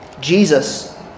Jesus